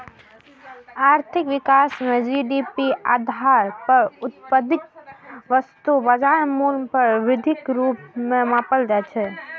आर्थिक विकास कें जी.डी.पी आधार पर उत्पादित वस्तुक बाजार मूल्य मे वृद्धिक रूप मे नापल जाइ छै